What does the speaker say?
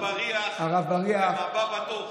הרב בריח הוא הבא בתור.